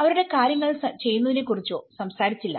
അവരുടെ കാര്യങ്ങൾ ചെയ്യുന്നതിനെക്കുറിച്ചോ സംസാരിച്ചില്ല